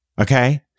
Okay